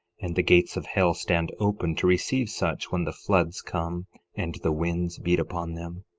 and the gates of hell stand open to receive such when the floods come and the winds beat upon them.